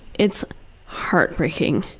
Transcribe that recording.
it's heartbreaking.